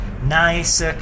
nice